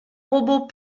robots